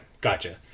gotcha